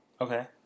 okay